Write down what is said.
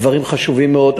דברים חשובים מאוד.